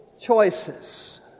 choices